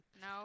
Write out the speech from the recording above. No